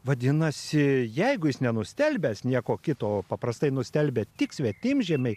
vadinasi jeigu jis nenustelbęs nieko kito o paprastai nustelbia tik svetimžemiai